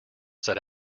said